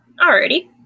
Alrighty